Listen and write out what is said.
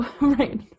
Right